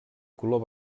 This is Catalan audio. color